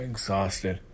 Exhausted